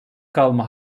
kalma